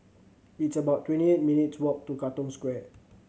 it's about twenty eight minutes' walk to Katong Square